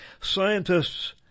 Scientists